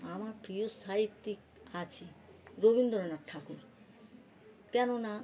আমার প্রিয় সাহিত্যিক আছে রবীন্দ্রনাথ ঠাকুর কেননা